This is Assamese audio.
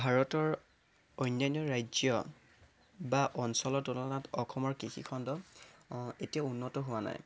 ভাৰতৰ অন্যান্য ৰাজ্য বা অঞ্চলৰ তুলনাত অসমৰ কৃষি খণ্ড এতিয়াও উন্নত হোৱা নাই